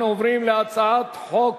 אנחנו עוברים להצעת חוק